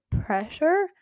pressure